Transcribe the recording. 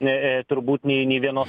ne e turbūt nei nei vienos